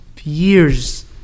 years